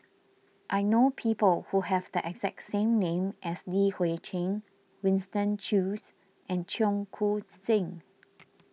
I know people who have the exact same name as Li Hui Cheng Winston Choos and Cheong Koon Seng